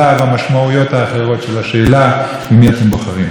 השאלה במי אתם בוחרים, ובזה סיימתי את העניין הזה.